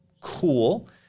Cool